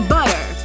Butter